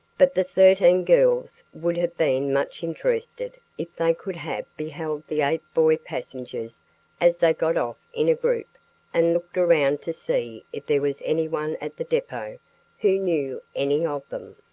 but the thirteen girls would have been much interested if they could have beheld the eight boy passengers as they got off in a group and looked around to see if there was anyone at the depot who knew any of them.